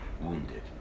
wounded